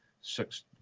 six